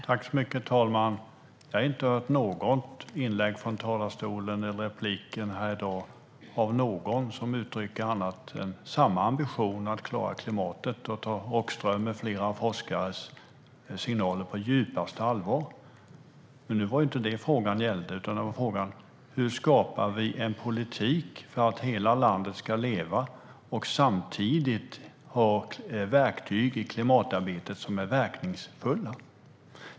Herr talman! Jag har inte hört något inlägg från talarstolen eller i repliker här i dag av någon som uttrycker annat än samma ambition att klara klimatet och ta Rockström med flera forskares signaler på djupaste allvar. Men nu var det inte det frågan gällde, utan frågan var: Hur skapar vi en politik för att hela landet ska leva och samtidigt ser till att ha verktyg i klimatarbetet som är verkningsfulla?